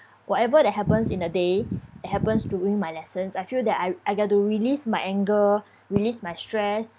whatever that happens in the day that happens during my lessons I feel that I I got to release my anger release my stress